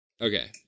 Okay